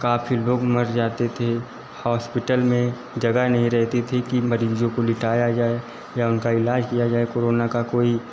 काफी लोग मर जाते थे हॉस्पिटल में जगह नहीं रहती थी कि मरीजों को लिटाया जाए या उनका इलाज किया जाए कोरोना का कोई